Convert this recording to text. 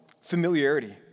familiarity